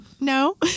No